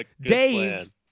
Dave